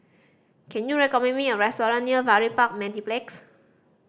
can you recommend me a restaurant near Farrer Park Mediplex